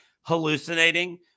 hallucinating